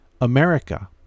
America